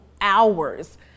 hours